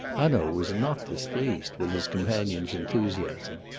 hanaud was not displeased with his companion's enthusiasm.